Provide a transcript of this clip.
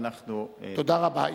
תודה רבה.